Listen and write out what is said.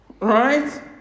right